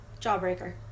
Jawbreaker